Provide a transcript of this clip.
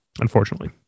Unfortunately